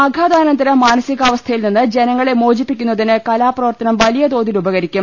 ആഘാതാനന്തര മാനസികാവസ്ഥയിൽ നിന്ന് ജനങ്ങളെ മോചിപ്പിക്കുന്നതിന് കലാപ്രവർത്തനം വലിയ തോതിൽ ഉപകരി ക്കും